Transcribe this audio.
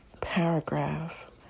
paragraph